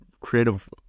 creative